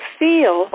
feel